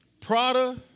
Prada